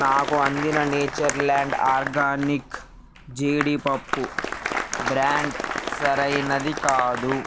నాకు అందిన Natureland organic జీడిపప్పు బ్రాండ్ సరైనది కాదు